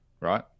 Right